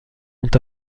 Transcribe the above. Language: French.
ont